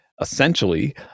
essentially